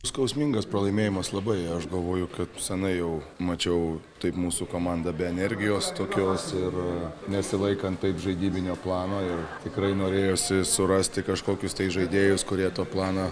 skausmingas pralaimėjimas labai aš galvoju kad senai jau mačiau taip mūsų komandą be energijos tokios ir nesilaikant taip žaidybinio plano ir tikrai norėjosi surasti kažkokius tai žaidėjus kurie tą planą